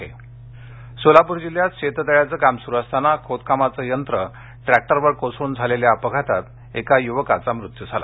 सोलापूर सोलापूर जिल्ह्यात शेततळ्याचं काम सुरू असताना खोदकामाचं यंत्र ट्रॅक्टरवर कोसळून झालेल्या अपघातात एका युवकाचा मृत्यू झाला